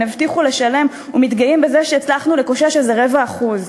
הבטיחו לשלם ומתגאים בזה שהצלחנו לקושש איזה רבע אחוז.